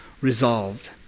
resolved